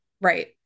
right